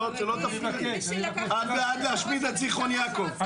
את בעד להשמיד את זיכרון יעקב.